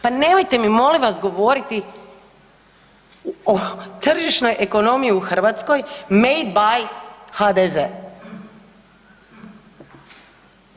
Pa nemojte mi molim vas govoriti o tržišnoj ekonomiji u Hrvatskoj made by HDZ.